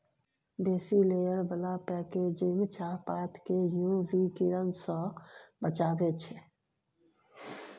बेसी लेयर बला पैकेजिंग चाहपात केँ यु वी किरण सँ बचाबै छै